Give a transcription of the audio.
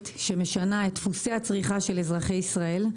שמשנה את דפוסי הצריכה של אזרחי ישראל.